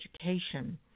education